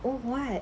oh why